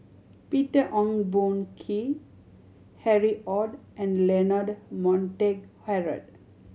Peter Ong Boon Kwee Harry Ord and Leonard Montague Harrod